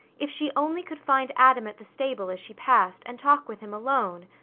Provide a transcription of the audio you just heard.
if she only could find adam at the stable, as she passed, and talk with him alone!